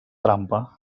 trampa